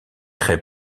très